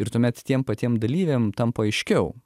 ir tuomet tiem patiem dalyviam tampa aiškiau